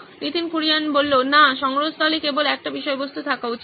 নীতিন কুরিয়ান না সংগ্রহস্থলে কেবল একটি বিষয়বস্তু থাকা উচিত